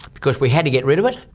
because we had to get rid of it.